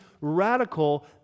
radical